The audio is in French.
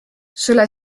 cela